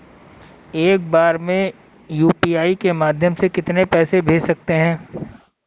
एक बार में यू.पी.आई के माध्यम से कितने पैसे को भेज सकते हैं?